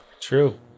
true